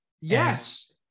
Yes